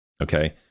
okay